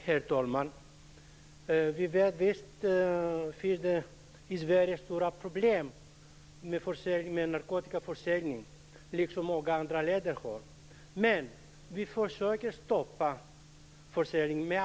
Herr talman! Vi har i Sverige liksom i många andra länder stora problem med narkotikaförsäljning, och vi försöker med alla medel stoppa denna försäljning.